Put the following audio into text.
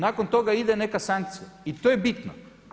Nakon toga ide neka sankcija i to je bitno.